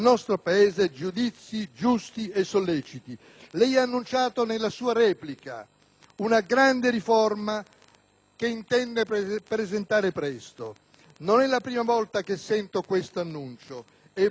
una grande riforma che intende presentare presto. Non è la prima volta che sento questo annuncio. Vedremo, ma ci permetta per ora di essere scettici. Ci dica però una data,